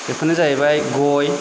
बेफोरनो जाहैबाय गय